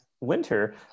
winter